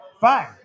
fine